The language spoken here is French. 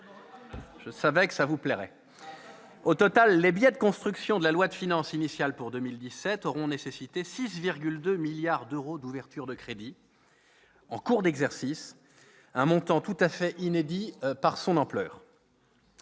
remarque vous plairait ! Au total, les biais de construction de la loi de finances initiale pour 2017 auront nécessité 6,2 milliards d'euros d'ouvertures de crédits en cours d'exercice, un montant tout à fait inédit par son ampleur.